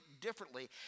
differently